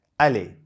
Allez